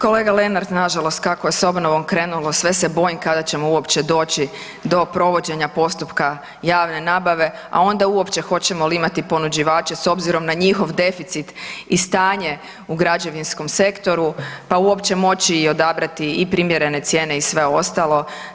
Kolega Lenart nažalost kako je s obnovom krenulo sve se bojim kada ćemo uopće doći do provođenja postupka javne nabave, a onda uopće hoćemo li imati ponuđivače s obzirom na njihov deficit i stanje u građevinskom sektoru pa uopće moći odabrati i primjerene cijene i sve ostalo.